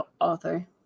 author